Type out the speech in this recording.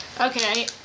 okay